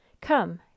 Come